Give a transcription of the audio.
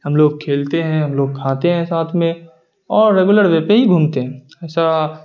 ہم لوگ کھیلتے ہیں ہم لوگ کھاتے ہیں ساتھ میں اور ریگولر وے پہ ہی گھومتے ہیں ایسا